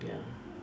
ya